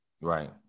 right